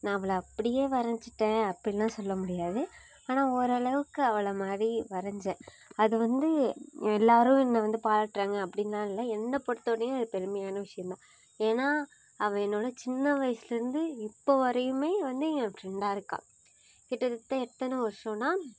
நான் அவளை அப்படியே வரஞ்சுட்டேன் அப்டின்னுலாம் சொல்ல முடியாது ஆனால் ஓரளவுக்கு அவளை மாதிரி வரைஞ்சேன் அது வந்து எல்லோரும் என்னை வந்து பாராட்டறாங்க அப்படின்லாம் இல்லை என்னை பொறுத்த வரையும் அது பெருமையான விஷயம்தான் ஏனால் அவள் என்னோடு சின்ன வயதுலேர்ந்து இப்போ வரையுமே வந்து என் ஃபிரெண்டாக இருக்காள் கிட்டத்தட்ட எத்தனை வருஷம்னா